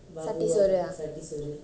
satisawaren ah